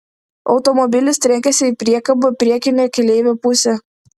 automobilis trenkėsi į priekabą priekine keleivio puse